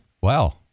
wow